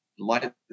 light